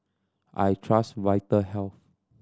I trust Vitahealth